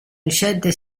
recente